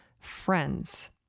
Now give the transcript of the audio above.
friends